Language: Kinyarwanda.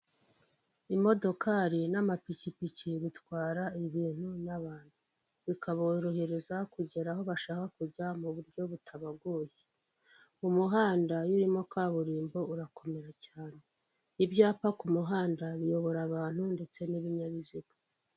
Imodokari n'amapikipiki bitwara ibintu n'abantu , bikaborohereza kugera aho bashaka kujya muburyo butabagoye , mu muhanda urimo kaburimbo urakomeye cyane ,ibyapa kumuhanda biyobora abantu ndetse n'ibinyabiziga.